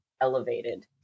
elevated